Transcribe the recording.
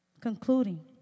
Concluding